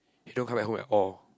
he don't come back home at all